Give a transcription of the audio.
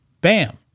Bam